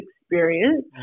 experience